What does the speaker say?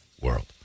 world